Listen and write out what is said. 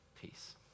peace